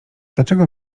dlaczego